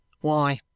Why